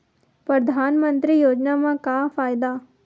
परधानमंतरी योजना म का फायदा?